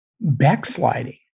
backsliding